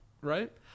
Right